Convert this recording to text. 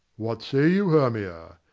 what say you, hermia?